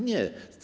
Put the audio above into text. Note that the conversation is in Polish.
Nie.